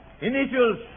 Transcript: Initials